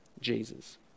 Jesus